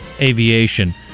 aviation